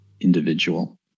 individual